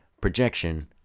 projection